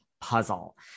puzzle